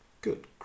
Good